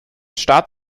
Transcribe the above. staat